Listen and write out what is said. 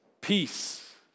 peace